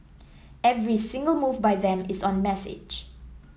every single move by them is on message